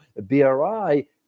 bri